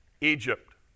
Egypt